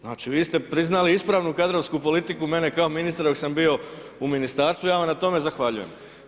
Znači vi ste priznali ispravnu kadrovsku politiku mene kao ministra, dok sam bio u Ministarstvu, ja vam na tome zahvaljujem.